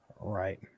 Right